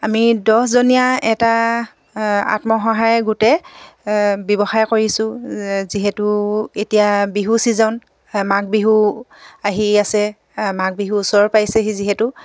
আমি দহজনীয়া এটা আত্মসহায়ক গোটেই ব্যৱসায় কৰিছোঁ যিহেতু এতিয়া বিহু ছিজন মাঘ বিহু আহি আছে মাঘ বিহু ওচৰ পাইছেহি যিহেতু